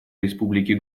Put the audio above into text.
республики